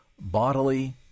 bodily